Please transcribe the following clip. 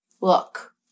Look